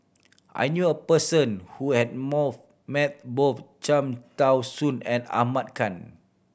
I knew a person who has met both Cham Tao Soon and Ahmad Khan